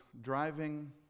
driving